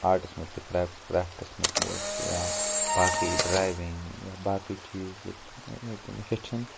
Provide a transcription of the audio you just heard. آرٹَس مُتعلِق کرٛے کرٛافٹَس مُتعلِق یا باقٕے ڈرٛاوِنٛگ یا باقٕے چیٖز ییٚتہِ ییٚتہِ تِم ہیٚچھَن